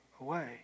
away